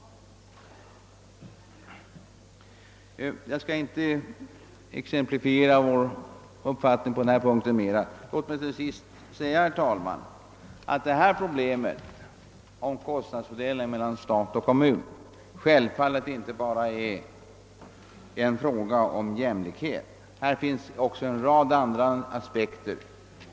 Jag skall inte exemplifiera vår uppfattning på denna punkt mer. Låt mig till sist, herr talman, säga att problemet om kostnadsfördelningen mellan stat och kommun självfallet inte bara är en fråga om jämlikhet. Här finns också en rad andra aspekter.